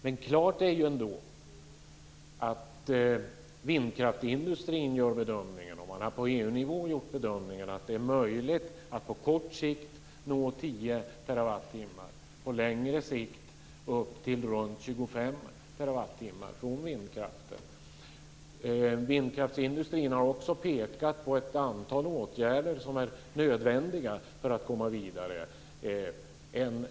Men klart är ändå att vindkraftsindustrin gör bedömningen och att man på EU-nivå har gjort bedömningen att det är möjligt att på kort sikt nå 10 terawatt, på längre sikt upp till ca 25 terawatt från vindkraften. Vindkraftsindustrin har också pekat på ett antal åtgärder som är nödvändiga för att komma vidare.